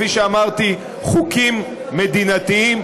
כפי שאמרתי, חוקים מדיניים.